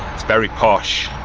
it's very posh.